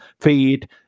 feed